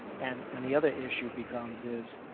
and and the other issue becomes is,